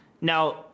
Now